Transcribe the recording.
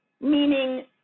meaning